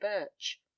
birch